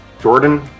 Jordan